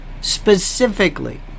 specifically